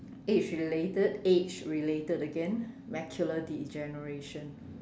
age related age related again macular degeneration